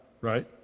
right